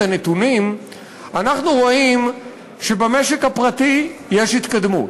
הנתונים אנחנו רואים שבמשק הפרטי יש התקדמות,